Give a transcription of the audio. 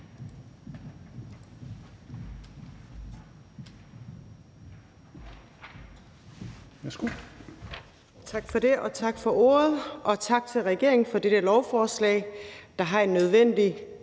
Oguz (SF): Tak for ordet, og tak til regeringen for dette lovforslag, der er en nødvendig